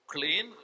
Clean